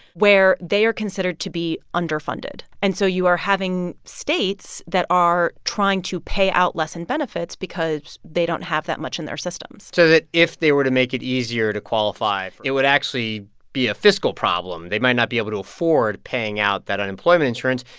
where they are considered to be underfunded. and so you are having states that are trying to pay out less in benefits because they don't have that much in their system so that if they were to make it easier to qualify, it would actually be a fiscal problem. they might not be able to afford paying out that unemployment insurance,